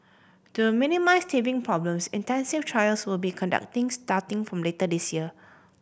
to minimise teething problems intensive trials will be conducting starting from later this year